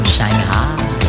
Shanghai